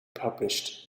published